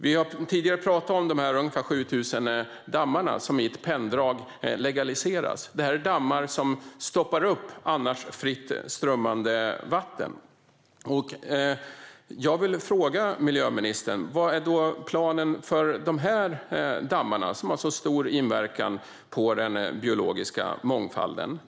Vi har tidigare pratat om de ungefär 7 000 dammar som i ett penndrag legaliseras. Det är dammar som stoppar upp annars fritt strömmande vatten. Jag vill fråga miljöministern vad planen är för de här dammarna, som har stor inverkan på den biologiska mångfalden.